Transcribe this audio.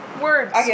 words